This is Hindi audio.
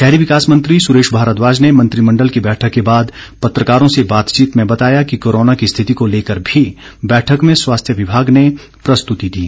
शहरी विकास मंत्री सुरेश भारद्वाज ने मंत्रिमण्डल की बैठक के बाद पत्रकारों से बातचीत में बताया कि कोरोना की स्थिति को लेकर भी बैठक में स्वास्थ्य विभाग ने प्रस्तुति दी